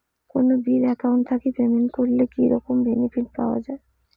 কোনো bill account থাকি payment করলে কি রকম বেনিফিট পাওয়া য়ায়?